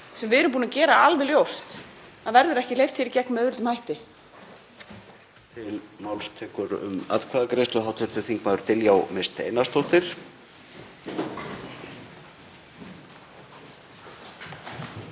sem við erum búin að gera alveg ljóst að verður ekki hleypt í gegn með auðveldum hætti.